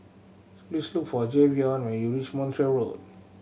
please look for Jayvion when you reach Montreal Road